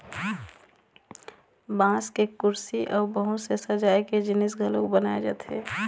बांस के कुरसी अउ बहुत से सजाए के जिनिस घलोक बनाए जाथे